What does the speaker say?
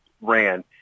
ran